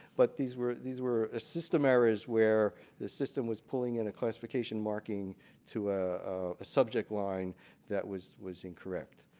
but these were these were system errors where the system was pulling in a classification marking to a subject line that was was incorrect.